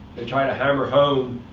i try to hammer home,